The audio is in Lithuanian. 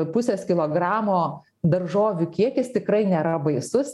pusės kilogramo daržovių kiekis tikrai nėra baisus